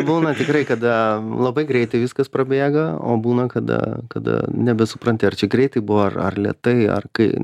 būna tikrai kada labai greitai viskas prabėga o būna kada kada nebesupranti ar čia greitai buvo ar ar lėtai ar kai